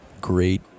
great